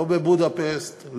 לא בבודפשט,